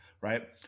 right